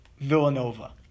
Villanova